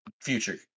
future